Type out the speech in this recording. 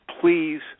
please